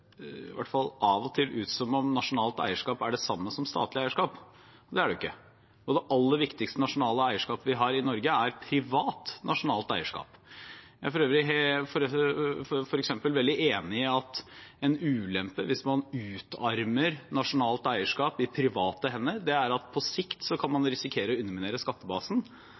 hvert fall av og til høres ut som om nasjonalt eierskap er det samme som statlig eierskap. Det er det ikke. Det aller viktigste nasjonale eierskapet vi har i Norge, er privat nasjonalt eierskap. Jeg er f.eks. veldig enig i at en ulempe hvis man utarmer nasjonalt eierskap i private hender, er at man på sikt kan risikere å underminere skattebasen.